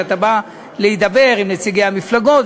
שאתה בא להידבר עם נציגי המפלגות,